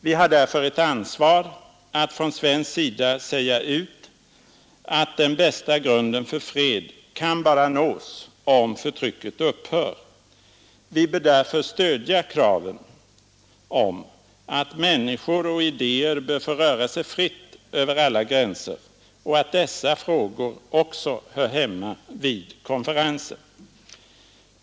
Vi har därför ett ansvar att från svensk sida säga ut att den bästa EES för fred bara kan skapas om förtrycket upphör. Vi bör lja kraven på att människor och idéer bör få röra sig fritt över alla gränser och att dessa frågor också hör hemma vid konferensen.